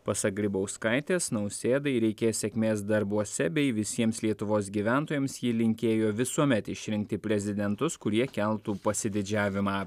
pasak grybauskaitės nausėdai reikės sėkmės darbuose bei visiems lietuvos gyventojams ji linkėjo visuomet išrinkti prezidentus kurie keltų pasididžiavimą